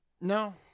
No